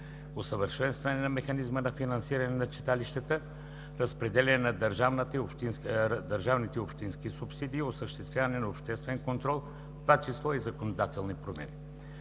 усъвършенстване на механизма на финансиране на читалищата, разпределянето на държавната и общинските субсидии и осъществяването на обществен контрол, в това число и законодателни промени;